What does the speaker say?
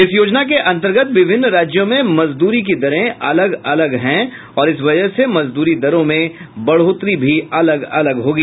इस योजना के अंतर्गत विभिन्न राज्यों में मजद्री की दरें अलग अलग हैं और इस वजह से मजदूरी दरों में बढ़ोत्तरी भी अलग अलग होगी